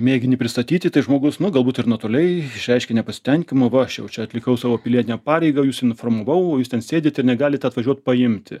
mėginį pristatyti tai žmogus nu galbūt ir natūraliai išreiškia nepasitenkinimą va aš jau čia atlikau savo pilietinę pareigą jus informavau o jūs ten sėdit ir negalit atvažiuot paimti